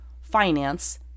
finance